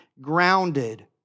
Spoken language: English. grounded